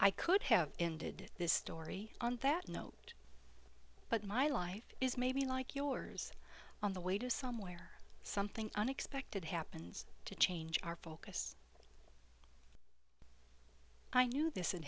i could have ended this story on that note but my life is maybe like yours on the way to somewhere something unexpected happens to change our focus i knew this i